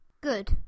Good